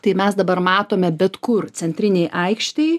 tai mes dabar matome bet kur centrinėj aikštėj